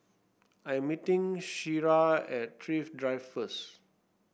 I am meeting Shira at Thrift Drive first